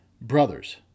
Brothers